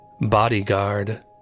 Bodyguard